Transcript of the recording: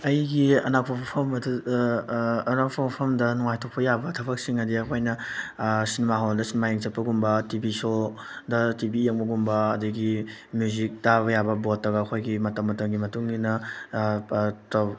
ꯑꯩꯒꯤ ꯑꯅꯛꯄ ꯃꯐꯝ ꯑꯗꯨ ꯑꯅꯛꯄ ꯃꯐꯝꯗ ꯅꯨꯡꯉꯥꯏꯊꯣꯛꯄ ꯌꯥꯕ ꯊꯕꯛꯁꯤꯡ ꯑꯗꯤ ꯑꯩꯈꯣꯏꯅ ꯁꯤꯅꯦꯃꯥ ꯍꯣꯜꯗ ꯁꯤꯅꯦꯃꯥ ꯌꯦꯡꯕ ꯆꯠꯄꯒꯨꯝꯕ ꯇꯤ ꯚꯤ ꯁꯣ ꯗ ꯇꯤ ꯚꯤ ꯌꯦꯡꯕꯒꯨꯝꯕ ꯑꯗꯒꯤ ꯃ꯭ꯌꯨꯖꯤꯛ ꯇꯥꯕ ꯌꯥꯕ ꯕꯣꯠꯇꯒ ꯑꯩꯈꯣꯏꯒꯤ ꯃꯇꯝ ꯃꯇꯝꯒꯤ ꯃꯇꯨꯡ ꯏꯟꯅ